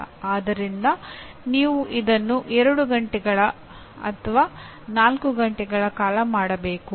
ಆದ್ದರಿಂದ ನೀವು ಇದನ್ನು 2 ಗಂಟೆ ಅಥವಾ 4 ಗಂಟೆಗಳ ಕಾಲ ಮಾಡಬೇಕು